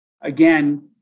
again